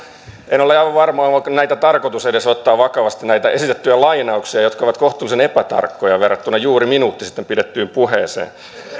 en ole aivan varma onko tarkoitus edes ottaa vakavasti näitä esitettyjä lainauksia jotka ovat kohtuullisen epätarkkoja verrattuna juuri minuutti sitten pidettyyn puheeseen